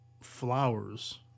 flowers